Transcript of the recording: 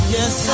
Yes